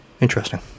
Interesting